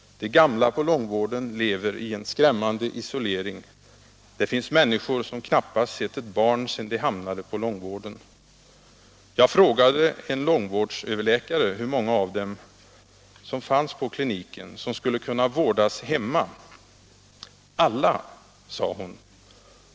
De gamla på långvården lever i en skrämmande isolering. Det finns människor som knappast sett ett barn sen de hamnade på långvården. —-—-- Jag frågade en långvårdsöverläkare hur många av dem som fanns på kliniken som skulle kunna vårdas hemma. Alla, sade hon.